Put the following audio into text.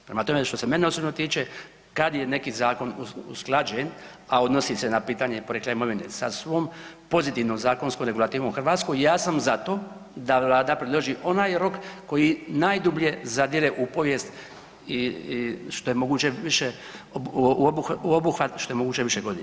Prema tome, što se mene osobno tiče, kad je neki zakon usklađen, a odnosi se na pitanje porijekla imovine sa svom pozitivnom zakonskom regulativom u Hrvatskoj, ja sam za to da Vlada predloži onaj rok koji najdublje zadire u povijest i što je moguće više u obuhvat, što je moguće više godina.